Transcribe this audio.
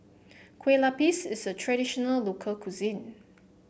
Kueh Lupis is a traditional local cuisine